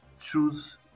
choose